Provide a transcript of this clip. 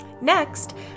Next